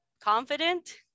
confident